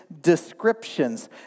descriptions